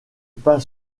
pas